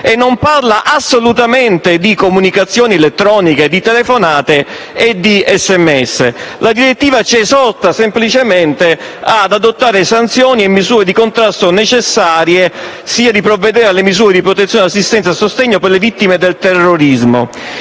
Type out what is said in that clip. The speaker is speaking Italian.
e non assolutamente di comunicazioni elettroniche, di telefonate e SMS. La direttiva ci esorta semplicemente ad adottare sanzioni e misure di contrasto necessarie e a provvedere alle misure di protezione, assistenza e sostegno per le vittime del terrorismo.